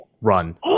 Run